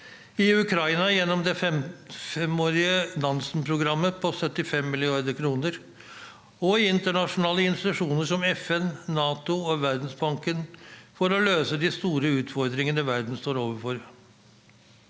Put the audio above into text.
i Ukraina gjennom det femårige Nansenprogrammet på 75 mrd. kr, og i internasjonale institusjoner som FN, NATO og Verdensbanken – for å løse de store utfordringene verden står overfor.